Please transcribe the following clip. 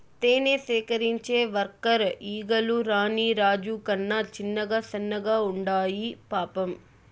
తేనె సేకరించే వర్కర్ ఈగలు రాణి రాజు కన్నా చిన్నగా సన్నగా ఉండాయి పాపం